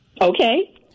Okay